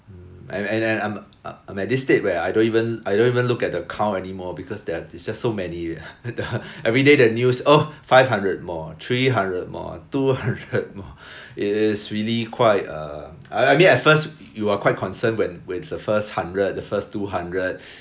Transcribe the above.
um and and and I'm I'm at this state where I don't even I don't even look at the count anymore because there there's just so many everyday the news oh five hundred more three hundred more two hundred more it is really quite um I I mean at first you are quite concerned when it's the first hundred the first two hundred